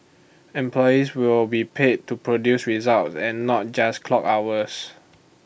employees will be paid to produce results and not just clock hours